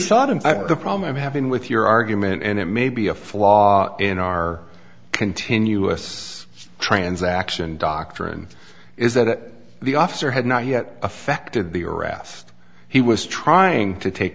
think the problem i'm having with your argument and it may be a flaw in our continuous transaction doctrine is that the officer had not yet affected the erast he was trying to take